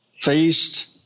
feast